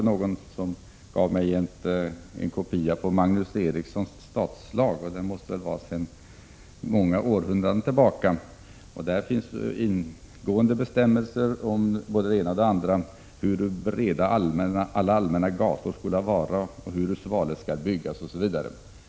I går fick jag i min hand en kopia av Magnus Erikssons stadslag, som har många århundraden bakom sig och som innehåller ingående bestämmelser om både det ena och det andra, t.ex. om ”huru breda alla allmänna gator skola vara”, ”huru svale skall byggas”, osv.